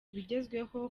ibigezweho